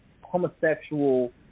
homosexual